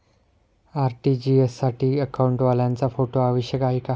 RTGS साठी अकाउंटवाल्याचा photo आवश्यक आहे का?